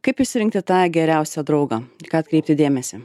kaip išsirinkti tą geriausią draugą ką atkreipti dėmesį